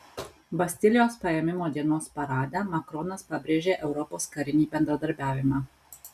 bastilijos paėmimo dienos parade macronas pabrėžė europos karinį bendradarbiavimą